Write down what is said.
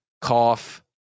cough